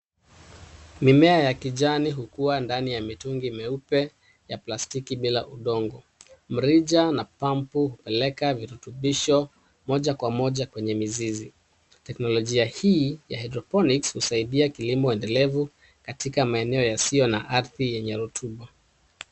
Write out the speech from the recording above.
Mimea ya kijani hukua ndani ya mitungi myeupe ya plastiki bila udongo. Mrija na pampu hupeleka virutubisho moja kwa moja kwenye mizizi. Teknolojia hii ya hydrophonics husaidia kilimo endelevu katika maeneo yasiyo na ardhi yenye rutuba.